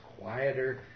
quieter